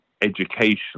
education